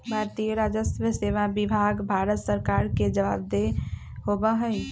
भारतीय राजस्व सेवा विभाग भारत सरकार के जवाबदेह होबा हई